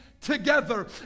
Together